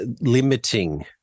limiting